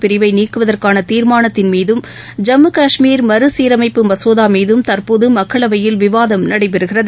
பிரிவைநீக்குவதற்கானதீர்மானத்தின் மீதும் ஜம்மு கஷ்மீர் மறுசீரமைப்பு மசோதாமீதும் தற்போதுமக்களவையில் விவாதம் நடைபெறுகிறது